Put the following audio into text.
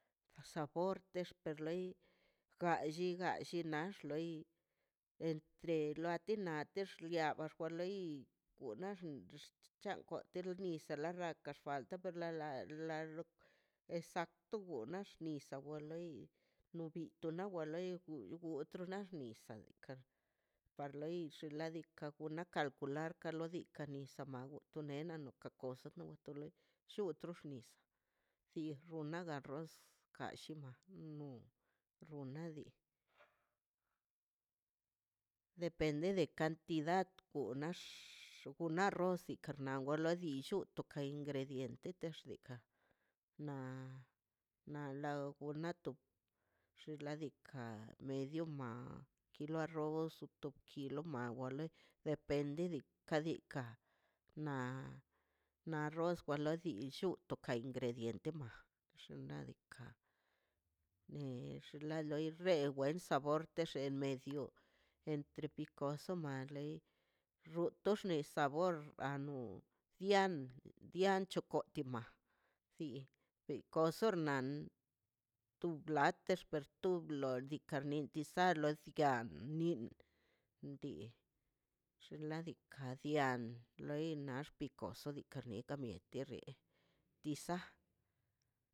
Sabor nexte lei entre lawtina tex liab wa xloi ugan de xchatə on loi baka falta o la la rok exacto loi nax nisaꞌ wa loi no bito na wa loi ugun ugun lo traina nisa kabelka par loi xinladika gunan kalcular kunna lo dika nisa owoto nela oku ka kosa wa lei llu trus nis xinla wa rroz ka shima no rronna bi depende de cantidad onax rruga arroz dika nenwes ni unka ton ingrediente textika na na wlonagato xin ladika medio ma kilo arroz wi soki lo malo ne depende kadika na na warroz na zin llu ka to ingrediente ma xinadika nex la loi nerb to wen sabor xe medio entre picoso ma lei rru toxni sabor ano pian pian chukotama xi picoso rnan tu blatexp tu blo ika nin tisalo nikan nin dii xladika tian loi na ax picoso nika niim kamieti rrien tisaꞌ.